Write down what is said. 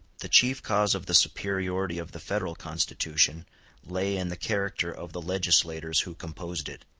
the chief cause of the superiority of the federal constitution lay in the character of the legislators who composed it.